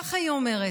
ככה היא אומרת: